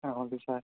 ah okay sir